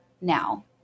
now